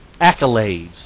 accolades